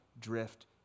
drift